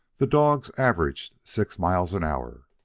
the dogs averaged six miles an hour.